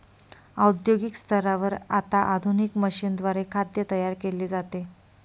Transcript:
औद्योगिक स्तरावर आता आधुनिक मशीनद्वारे खाद्य तयार केले जाते